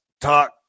Talk